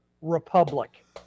republic